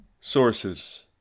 Sources